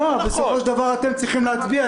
לא, בסופו של דבר, אתם צריכים להצביע.